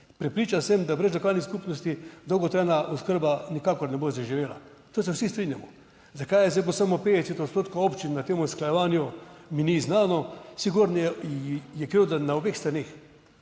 Prepričan sem, da brez lokalnih skupnosti dolgotrajna oskrba nikakor ne bo zaživela, to se vsi strinjamo. Zakaj je zdaj, bo samo 50 odstotkov občin na tem usklajevanju? Mi ni znano, sigurno je krivda na obeh straneh.